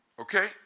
Okay